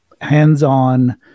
hands-on